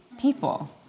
people